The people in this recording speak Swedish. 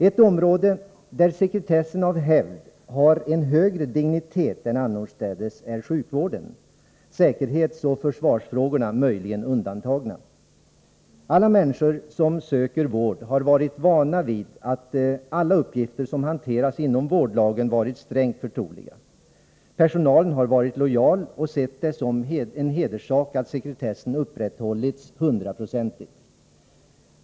Ett område där sekretessen av hävd har en högre dignitet än annorstädes är sjukvården, säkerhetsoch försvarsfrågorna möjligen undantagna. Alla människor som söker vård har varit vana vid att alla uppgifter som hanteras inom vårdlagen varit strängt förtroliga. Personalen har varit lojal och sett det som en hederssak att sekretessen upprätthållits hundraprocentigt.